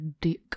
dick